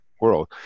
world